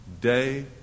day